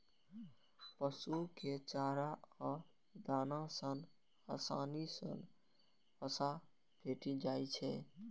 पशु कें चारा आ दाना सं आसानी सं वसा भेटि जाइ छै